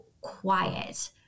quiet